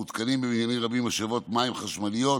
מותקנות בבניינים רבים משאבות מים חשמליות